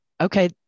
okay